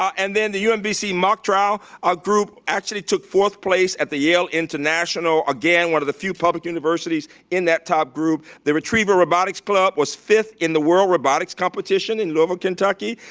and then the umbc mock trial. our group actually took fourth place at the yale international again, one of the few public universities in that top group. the retriever robotics club was fifth in the world, robotics competition in louisville, kentucky.